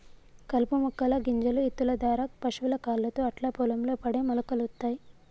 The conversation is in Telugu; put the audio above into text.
కలుపు మొక్కల గింజలు ఇత్తుల దారా పశువుల కాళ్లతో అట్లా పొలం లో పడి మొలకలొత్తయ్